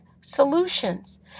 solutions